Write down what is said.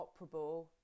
operable